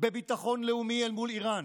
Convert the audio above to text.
בביטחון לאומי אל מול איראן,